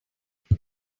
they